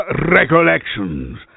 Recollections